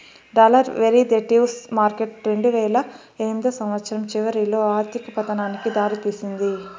dollar derivatives market రెండువేల ఎనిమిదో సంవచ్చరం చివరిలో ఆర్థిక పతనానికి దారి తీసింది